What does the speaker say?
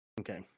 Okay